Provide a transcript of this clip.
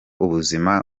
ubuzima